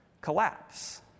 collapse